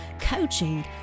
coaching